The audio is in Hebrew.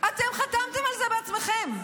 אתם חתמתם על זה בעצמכם.